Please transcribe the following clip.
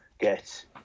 get